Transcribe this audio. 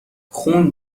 خون